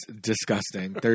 disgusting